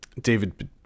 David